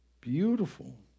Beautiful